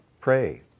pray